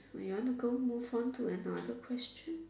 you want to go move on to another question